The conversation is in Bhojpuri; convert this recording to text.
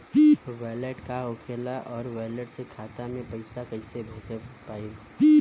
वैलेट का होखेला और वैलेट से खाता मे पईसा कइसे भेज पाएम?